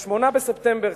ב-8 בספטמבר,